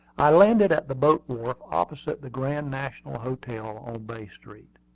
i landed at the boat wharf opposite the grand national hotel, on bay street.